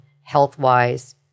health-wise